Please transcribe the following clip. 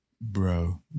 bro